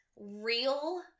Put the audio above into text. real